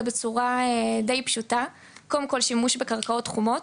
בצורה די פשוטה והיא קודם כל שימוש בקרקעות חומות,